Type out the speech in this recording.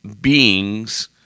beings